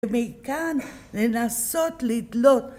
מכאן לנסות לדלות